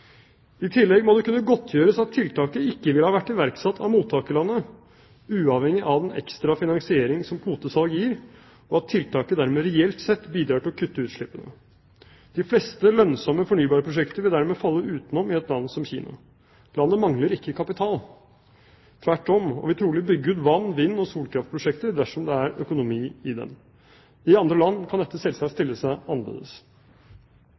I tillegg må det kunne godtgjøres at tiltaket ikke ville ha vært iverksatt av mottakerlandet uavhengig av den ekstra finansiering som kvotesalg gir, og at tiltaket dermed reelt sett bidrar til å kutte utslippene. De fleste lønnsomme fornybarprosjekter vil dermed falle utenom i et land som Kina. Landet mangler ikke kapital – tvert om – og vil trolig bygge ut vann-, vind- og solkraftprosjekter dersom det er økonomi i dem. I andre land kan dette selvsagt stille seg annerledes.